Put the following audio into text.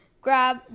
grab